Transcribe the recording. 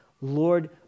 Lord